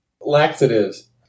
Laxatives